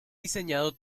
diseñado